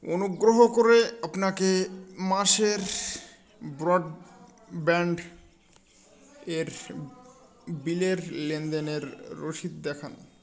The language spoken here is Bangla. অনুগ্রহ করে আপনাকে মাসের ব্রডব্যান্ডের বিলের লেনদেনের রসিদ দেখান